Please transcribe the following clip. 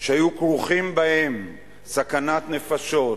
שהיו כרוכים בהם סכנת נפשות,